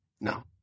No